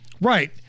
Right